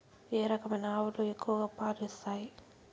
ఏ రకమైన ఆవులు ఎక్కువగా పాలు ఇస్తాయి?